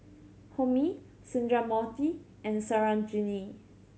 Homi Sundramoorthy and Sarojini